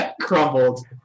crumbled